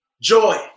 joy